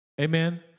Amen